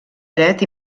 dret